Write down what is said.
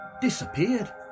disappeared